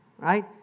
Right